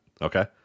Okay